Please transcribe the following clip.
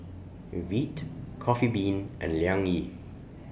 Veet Coffee Bean and Liang Yi